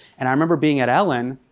and i remember being at ellen,